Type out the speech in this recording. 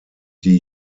die